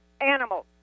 Animals